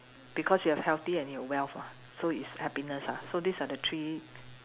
because you have healthy and your wealth lah so is happiness ah so these are the three